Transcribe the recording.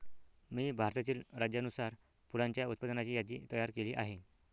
मी भारतातील राज्यानुसार फुलांच्या उत्पादनाची यादी तयार केली आहे